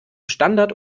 standard